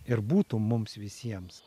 ir būtų mums visiems